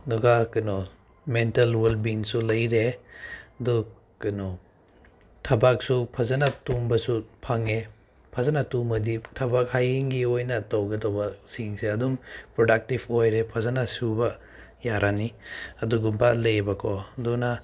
ꯑꯗꯨꯒ ꯀꯩꯅꯣ ꯃꯦꯟꯇꯦꯜ ꯋꯦꯜ ꯕꯤꯌꯤꯡꯁꯨ ꯂꯩꯔꯦ ꯑꯗꯨ ꯀꯩꯅꯣ ꯊꯕꯛꯁꯨ ꯐꯖꯅ ꯇꯨꯝꯕꯁꯨ ꯐꯪꯉꯦ ꯐꯖꯅ ꯇꯨꯝꯂꯗꯤ ꯊꯕꯛ ꯍꯌꯦꯡꯒꯤ ꯑꯣꯏꯅ ꯇꯧꯒꯗꯧꯕꯁꯤꯡꯁꯦ ꯑꯗꯨꯝ ꯄ꯭ꯔꯗꯛꯇꯤꯕ ꯑꯣꯏꯔꯦ ꯐꯖꯅ ꯁꯨꯕ ꯌꯥꯔꯅꯤ ꯑꯗꯨꯒꯨꯝꯕ ꯂꯩꯌꯦꯕꯀꯣ ꯑꯗꯨꯅ